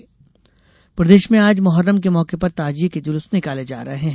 मुहर्रम प्रदेशभर में आज मोहर्रम के मौके पर ताजिये के जुलूस निकाले जा रहे है